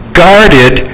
guarded